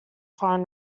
foreign